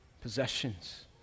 possessions